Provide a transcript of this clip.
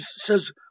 says